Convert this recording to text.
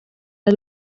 ari